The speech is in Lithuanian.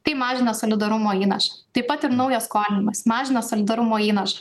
tai mažina solidarumo įnašą taip pat ir naujas skolinimas mažina solidarumo įnašą